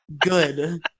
Good